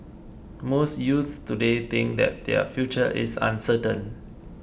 most youths today think that their future is uncertain